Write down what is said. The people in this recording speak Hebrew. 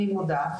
אני מודה,